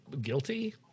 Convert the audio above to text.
guilty